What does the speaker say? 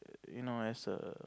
you know as a